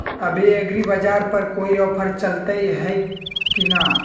अभी एग्रीबाजार पर कोई ऑफर चलतई हई की न?